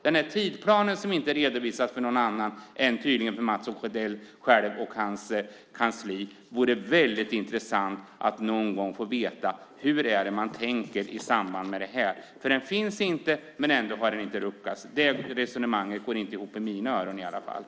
Den tidsplanen redovisas tydligen inte för någon annan än för Mats Odell själv och hans kansli. Det vore väldigt intressant att någon gång få veta hur man tänker i samband med detta. Den finns inte, men ändå har den inte ruckats. Det resonemanget går i varje fall i mina öron inte ihop.